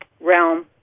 realm